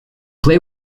play